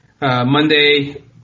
Monday